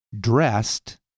dressed